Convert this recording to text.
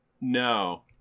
No